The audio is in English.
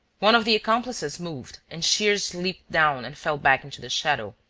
one of the accomplices moved and shears leapt down and fell back into the shadow.